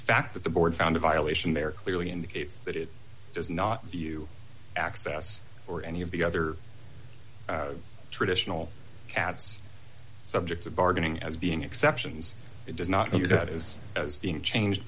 fact that the board found a violation there clearly indicates that it does not view access or any of the other traditional cats subject to bargaining as being exceptions it does not appear that is being changed